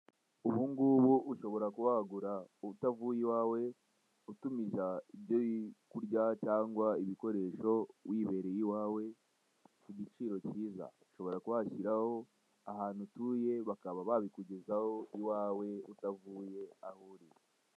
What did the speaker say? Ubungubu ushobora kuba wagura utavuye iwawe, utumiza ibyo kurya cyangwa ibikoresho wibereye iwawe, ku giciro cyiza. Ushobora kuba washyiraho ahantu utuye, bakaba babikugezawo iwawe, utavuye aho uri.